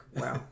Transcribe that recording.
Wow